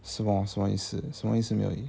什么什么意思什么意思